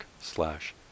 slash